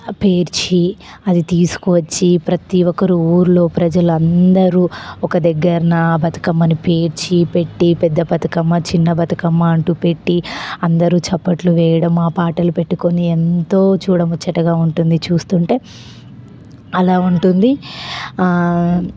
పేర్చి అది తీసుకువచ్చి ప్రతిఒక్కరు ఊళ్ళో ప్రజలందరు ఒక దగ్గర బతుకమ్మను పేర్చి పెట్టి పెద్ద బతుకమ్మ చిన్న బతుకమ్మ అంటు పెట్టి అందరు చప్పట్లు వేయడం ఆ పాటలు పెట్టుకుని ఎంతో చూడముచ్చటగా ఉంటుంది చూస్తుంటే అలా ఉంటుంది